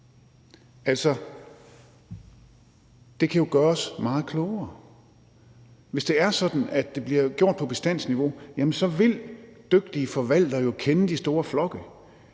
jo kan gøres meget klogere. Hvis det er sådan, at det bliver gjort på bestandsniveau, vil dygtige forvaltere jo kende de store flokke;